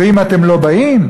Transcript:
ואם אתם לא באים,